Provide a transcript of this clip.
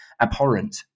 abhorrent